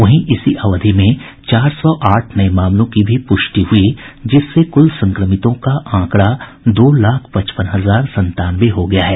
वहीं इसी अवधि में चार सौ आठ नये मामलों की भी पुष्टि हुई जिससे कुल संक्रमितों का आंकड़ा दो लाख पचपन हजार संतानवे हो गया है